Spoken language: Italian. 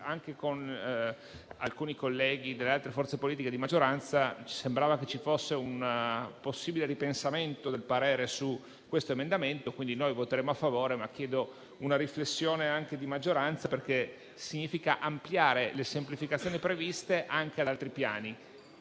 quindi, con alcuni colleghi delle forze politiche di maggioranza, ci sembrava che ci fosse un possibile ripensamento del parere su questo emendamento, su cui noi voteremo a favore. Chiedo però una riflessione anche alla maggioranza, perché significa ampliare le semplificazioni previste anche ad altri piani